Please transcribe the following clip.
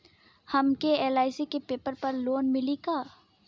हमके एल.आई.सी के पेपर पर लोन मिली का?